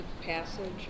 passage